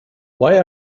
why